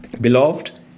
beloved